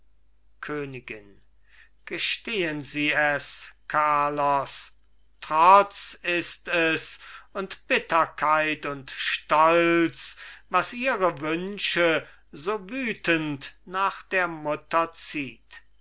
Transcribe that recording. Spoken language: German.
königin gestehen sie es carlos trotz ist es und bitterkeit und stolz was ihre wünsche so heftig nach der mutter zieht